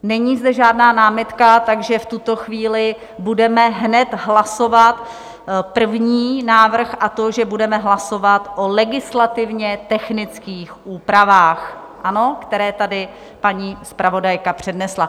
Není zde žádná námitka, takže v tuto chvíli budeme hned hlasovat první návrh, a to, že budeme hlasovat o legislativně technických úpravách, ano, které tady paní zpravodajka přednesla.